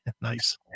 Nice